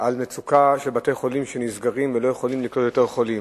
על מצוקה של בתי-חולים שנסגרים ולא יכולים לקלוט יותר חולים,